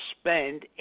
spend